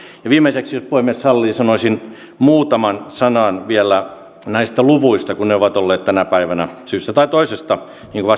ja viimeiseksi jos puhemies sallii sanoisin muutaman sanan vielä näistä luvuista kun ne ovat olleet tänä päivänä syystä tai toisesta niin kovasti esillä